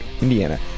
indiana